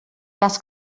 cas